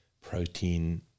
protein